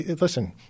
Listen